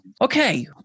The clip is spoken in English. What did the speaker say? Okay